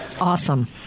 Awesome